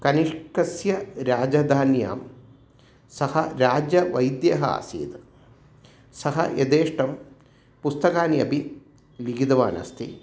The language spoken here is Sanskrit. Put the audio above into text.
कनिष्कस्य राजधान्यां सः राजवैद्यः आसीत् सः यथेष्टं पुस्तकानि अपि लिखितवान् अस्ति